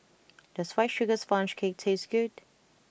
does White Sugar Sponge Cake taste good